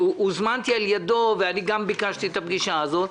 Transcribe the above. שהוזמנתי על ידו ואני גם ביקשתי את הפגישה הזאת,